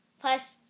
plus